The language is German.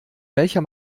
welcher